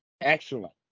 Excellent